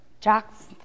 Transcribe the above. jocks